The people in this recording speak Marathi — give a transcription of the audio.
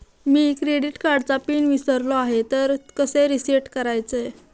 मी क्रेडिट कार्डचा पिन विसरलो आहे तर कसे रीसेट करायचे?